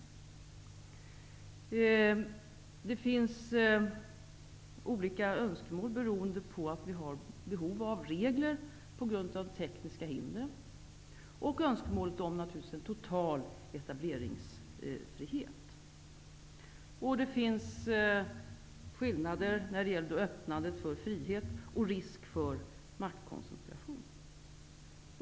Det finns olika önskemål beroende på att vi har behov av regler på grund av tekniska hinder, och det finns naturligtvis även önskemål om en total etableringsfrihet. Det finns skillnader när det gäller öppnandet för frihet och risk för maktkoncentration.